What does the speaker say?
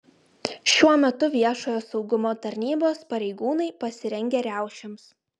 šiuo metu viešojo saugumo tarnybos pareigūnai pasirengę riaušėms